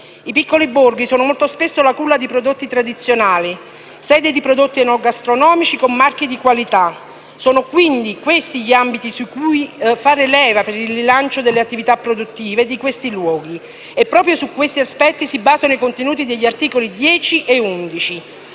I piccoli borghi sono molto spesso la culla di prodotti tradizionali, sede di prodotti enogastronomici con marchi di qualità. Sono quindi questi gli ambiti sui quali far leva per il rilancio delle attività produttive di questi luoghi e proprio su questi aspetti si basano i contenuti degli articoli 10 e 11;